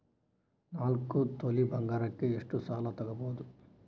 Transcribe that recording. ನಾಲ್ಕು ತೊಲಿ ಬಂಗಾರಕ್ಕೆ ಎಷ್ಟು ಸಾಲ ತಗಬೋದು?